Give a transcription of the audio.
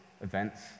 events